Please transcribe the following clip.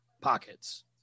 pockets